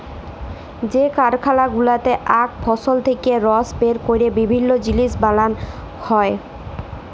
যে কারখালা গুলাতে আখ ফসল থেক্যে রস বের ক্যরে বিভিল্য জিলিস বানাল হ্যয়ে